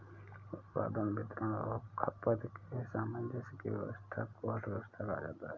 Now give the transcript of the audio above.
उत्पादन, वितरण और खपत के सामंजस्य की व्यस्वस्था को अर्थव्यवस्था कहा जाता है